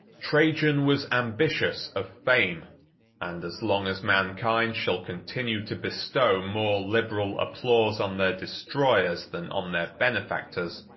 trajan was ambitious of fame and as long as mankind shall continue to bestow more liberal applause on their destroyers than on their benefactors,